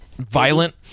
violent